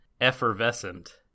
effervescent